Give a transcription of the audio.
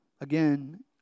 again